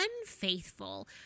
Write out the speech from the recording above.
unfaithful